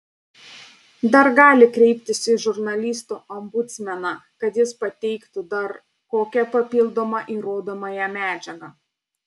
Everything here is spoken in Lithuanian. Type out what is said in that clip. dar gali kreiptis į žurnalistų ombudsmeną kad jis pateiktų dar kokią papildomą įrodomąją medžiagą